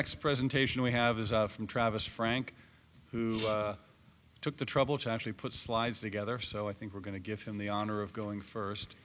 next presentation we have is from travis frank who took the trouble to actually put slides together so i think we're going to give him the honor of going first